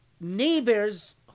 neighbors